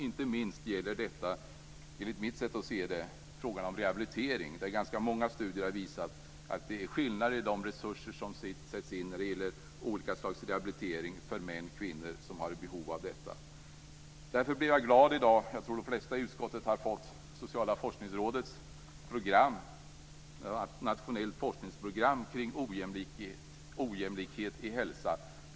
Inte minst gäller detta, enligt mitt sätt att se, frågan om rehabilitering, där ganska många studier har visat att det är skillnader mellan vilka resurser som sätts in för olika slags rehabilitering för män och för kvinnor som har behov av detta. Jag tror att de flesta i utskottet har fått Sociala forskningsrådets program, som är ett nationellt forskningsprogram kring ojämlikhet i hälsa.